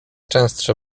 częstsze